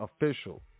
official